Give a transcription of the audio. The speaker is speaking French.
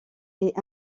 est